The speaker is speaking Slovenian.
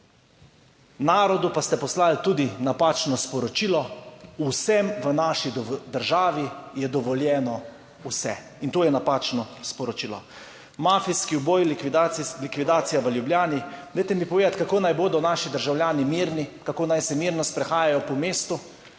Narodu pa ste poslali tudi napačno sporočilo, vsem v naši državi je dovoljeno vse in to je napačno sporočilo. Mafijski uboj, likvidacija v Ljubljani, dajte mi povedati, kako naj bodo naši državljani mirni, kako naj se mirno sprehajajo po mestu.